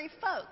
folks